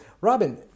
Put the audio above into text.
Robin